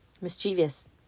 mischievous